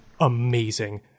amazing